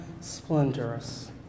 splendorous